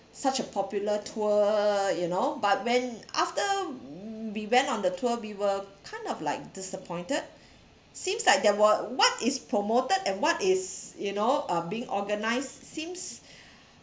such a popular tour you know but but when after we went on the tour we were kind of like disappointed seems like there were what is promoted and what is you know uh being organised seem